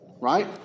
right